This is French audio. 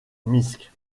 minsk